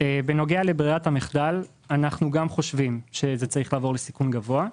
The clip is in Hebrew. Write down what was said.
בנוגע לברירת המחדל גם אנחנו חושבים שזה צריך לעבור לסיכון גבוה.